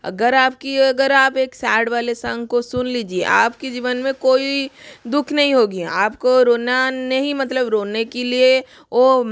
अगर आप की अगर आप एक सैड वाले सॉन्ग को सुन लीजिए आप के जीवन में कोइ दुख नहीं होगा आप को रोना नहीं मतलब रोने के लिए वो